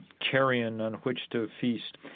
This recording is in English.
carrion on which to feast?